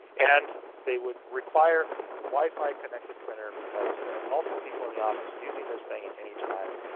and they would require a wi-fi connected printer, because there are multiple people in the office using this thing at any time,